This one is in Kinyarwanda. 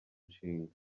nshinga